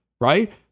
right